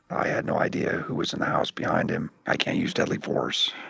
i had no idea who was in the house behind him. i can't use deadly force.